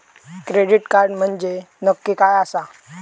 Credit card म्हंजे नक्की काय आसा?